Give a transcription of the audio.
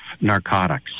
narcotics